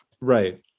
Right